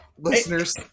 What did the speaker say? listeners